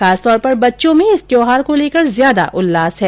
खासतौर पर बच्चों में इस त्योहार को लेकर ज्यादा उल्लास है